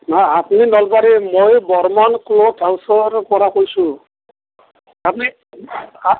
আপুনি নলবাৰী মই বৰ্মন ক্ল'থ হাউছৰ পৰা কৈছোঁ আপুনি